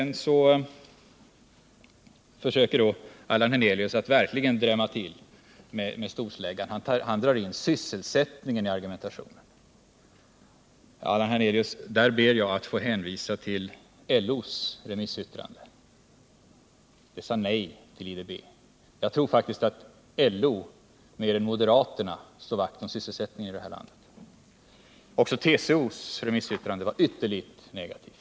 Allan Hernelius försökte sedan att ordentligt drämma till med storsläggan och drog in sysselsättningen i argumentationen. Här ber jag att få hänvisa till LO:s remissyttrande, som innebar ett nej till IDB. Jag tror faktiskt att LO mer än moderaterna slår vakt om sysselsättningen i detta land. Även TCO:s remissyttrande var ytterligt negativt.